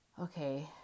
okay